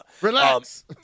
relax